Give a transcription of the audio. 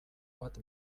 bat